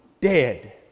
dead